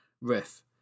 riff